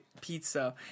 pizza